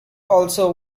also